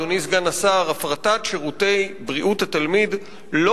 אדוני סגן השר: הפרטת שירותי בריאות התלמיד לא